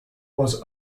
was